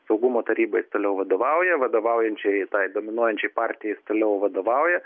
saugumo tarybai jis toliau vadovauja vadovaujančiajai tai dominuojančiai partijai jis toliau vadovauja